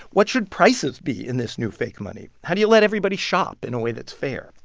what should prices be in this new fake money? how do you let everybody shop in a way that's fair?